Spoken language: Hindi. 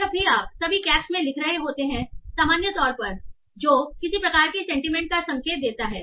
जब भी आप सभी कैप्स में लिख रहे होते हैं सामान्य तौर पर जो किसी प्रकार की सेंटीमेंट का संकेत देता है